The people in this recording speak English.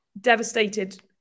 devastated